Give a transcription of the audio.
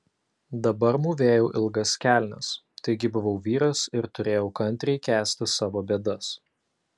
dabar mūvėjau ilgas kelnes taigi buvau vyras ir turėjau kantriai kęsti savo bėdas